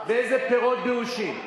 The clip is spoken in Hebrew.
איזה עצים ואיזה פירות באושים.